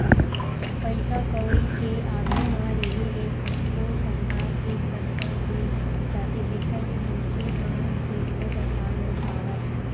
पइसा कउड़ी के आघू म रेहे ले कतको परकार के खरचा होई जाथे जेखर ले मनखे ह थोरको बचा नइ पावय